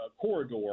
corridor